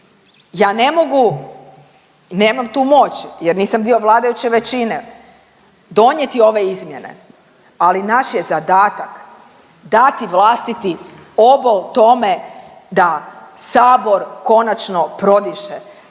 Ja ne mogu, nemam tu moć jer nisam dio vladajuće većine, donijeti ove izmjene, ali naš je zadatak dati vlastiti obol tome da Sabor konačno prodiše,